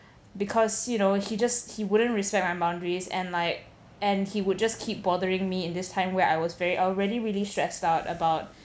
because you know he just he wouldn't respect my boundaries and like and he would just keep bothering me in this time where I was very already really stressed out about